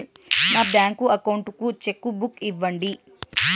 నా bank account కు cheque book ఇవ్వండి